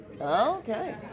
Okay